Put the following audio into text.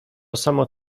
samo